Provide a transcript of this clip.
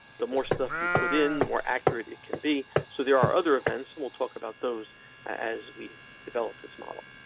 the more stuff you put in, the more accurate it can be, so there are other events and will talk about those as we developed this model.